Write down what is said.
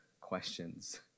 questions